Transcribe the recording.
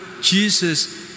Jesus